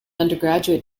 undergraduate